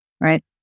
right